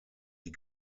die